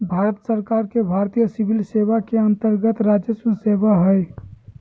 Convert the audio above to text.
भारत सरकार के भारतीय सिविल सेवा के अन्तर्गत्त राजस्व सेवा हइ